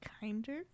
kinder